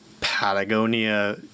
Patagonia